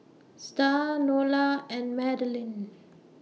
Starr Nola and Madilyn